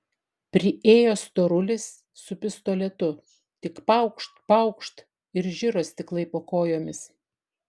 priėjo storulis su pistoletu tik paukšt paukšt ir žiro stiklai po kojomis